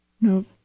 nope